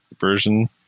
version